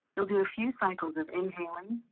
you'll do a few cycles of inhaling,